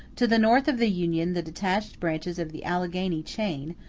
to the north of the union the detached branches of the alleghany chain,